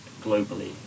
globally